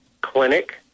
clinic